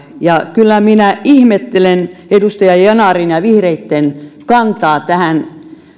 kyllä minä ihmettelen edustaja yanarin ja ja vihreitten kantaa